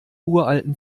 uralten